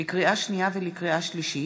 לקריאה שנייה ולקריאה שלישית: